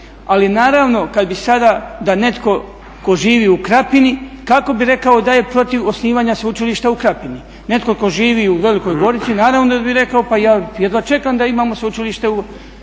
Ali naravno kad bi sada da netko tko živi u Krapini kako bi rekao da je protiv osnivanja Sveučilišta u Krapini, netko tko živi u Velikoj Gorici naravno da bi rekao pa ja jedva čekam da imamo sveučilište, sve